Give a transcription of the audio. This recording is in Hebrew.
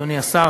אדוני השר,